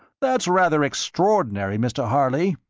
that's rather extraordinary, mr harley.